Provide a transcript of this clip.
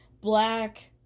black